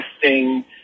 testing